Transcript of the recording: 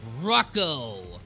Rocco